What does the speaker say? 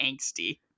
angsty